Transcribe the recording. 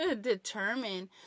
determine